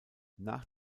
nach